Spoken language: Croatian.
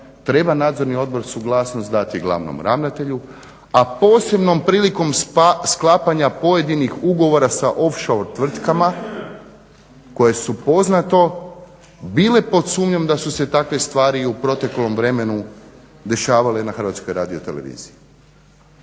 treba nadzorni odbor suglasnost dati glavnom ravnatelju a posebnom prilikom sklapanja pojedinih ugovora sa …/Govornik se ne razumije/… koje su poznato bile pod sumnjom da su se takve stvari i u proteklom vremenu dešavale na HRT-a. Taj prijedlog